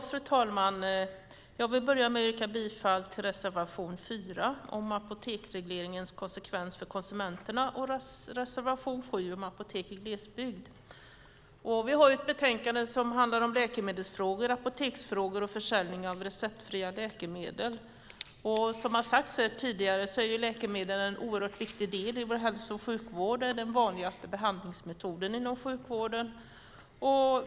Fru talman! Jag vill börja med att yrka bifall till reservation 4 om apoteksregleringens konsekvens för konsumenterna och till reservation 7 om apotek i glesbygd. Vi har ett betänkande som handlar om läkemedelsfrågor, apoteksfrågor och försäljning av receptfria läkemedel. Som sagts tidigare är läkemedel en oerhört viktig del i vår hälso och sjukvård. Det är den vanligaste behandlingsmetoden inom sjukvården.